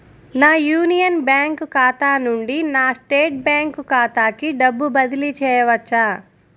నా Union Bank ఖాతా నుండి నా స్టేట్ బ్యాంకు ఖాతాకి డబ్బు బదిలి చేయవచ్చా?